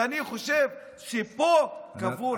ואני חושב שפה קבור הכלב.